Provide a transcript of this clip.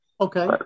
Okay